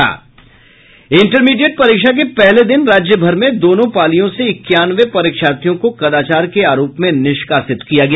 intermediate परीक्षा के पहले दिन राज्यभर में दोनों पालियों से इक्यानवे परीक्षार्थियों को कदाचार के आरोप में निष्कासित किया गया